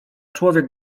człowiek